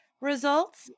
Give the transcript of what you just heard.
results